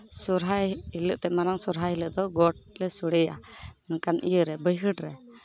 ᱥᱚᱨᱦᱟᱭ ᱦᱤᱞᱟᱹᱜ ᱫᱚ ᱢᱟᱨᱟᱝ ᱥᱚᱨᱦᱟᱭ ᱦᱤᱞᱟᱹᱜ ᱫᱚ ᱜᱚᱰ ᱞᱮ ᱥᱚᱲᱮᱭᱟ ᱚᱱᱠᱟᱱ ᱤᱭᱟᱹ ᱨᱮ ᱵᱟᱹᱭᱦᱟᱹᱲ ᱨᱮ